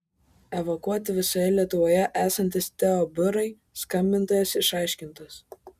evakuoti visoje lietuvoje esantys teo biurai skambintojas išaiškintas